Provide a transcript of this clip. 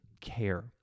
care